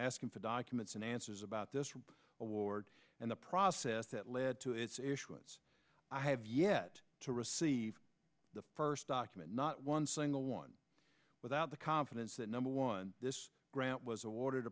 asking for documents and answers about this report award and the process that led to its issuance i have yet to receive the first document not one single one without the confidence that number one this grant was awarded